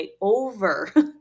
over